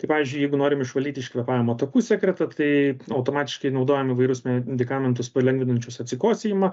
tai pavyzdžiui jeigu norim išvalyt iš kvėpavimo takų sekretą tai automatiškai naudojam įvairius medikamentus palengvinančius atsikosėjimą